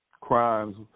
crimes